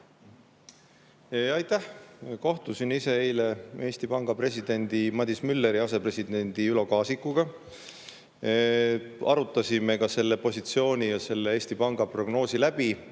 Aitäh! Kohtusin ise eile Eesti Panga presidendi Madis Mülleri ja asepresident Ülo Kaasikuga. Arutasime selle positsiooni ja Eesti Panga prognoosi läbi.